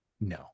No